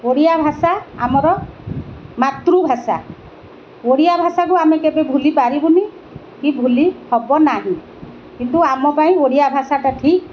ଓଡ଼ିଆଭାଷା ଆମର ମାତୃଭାଷା ଓଡ଼ିଆଭାଷାକୁ ଆମେ କେବେ ଭୁଲି ପାରିବୁନି କି ଭୁଲି ହବ ନାହିଁ କିନ୍ତୁ ଆମ ପାଇଁ ଓଡ଼ିଆଭାଷାଟା ଠିକ୍